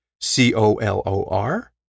C-O-L-O-R